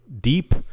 deep